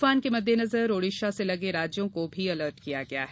तूफान के मददेंनजर ओड़िशा से लगे राज्यों को भी अलर्ट किया गया है